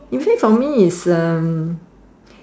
usually for me is um